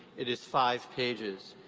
it is five pages.